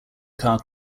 car